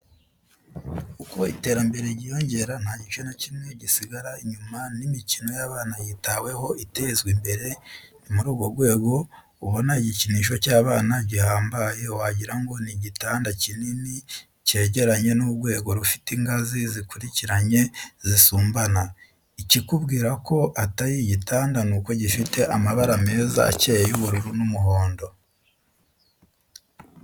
Uko iterambere ryiyongera, nta gice na kimwe gisigara inyuma n'imikino y'abana yitaweho, itezwa imbere; ni muri urwo rwego ubona igikinisho cy'abana gihambaye, wagirango ni igitanda kinini cyegeranye n'urwego rufite ingazi zikurikiranye, zisumbana; ikikubwira ko atari igitanda ni uko gifite amabara meza acyeye y'ubururu n'umuhondo.